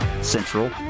central